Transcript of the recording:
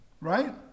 right